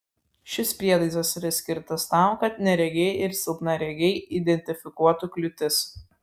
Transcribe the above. šis prietaisas yra skirtas tam kad neregiai ir silpnaregiai identifikuotų kliūtis